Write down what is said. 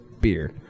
beer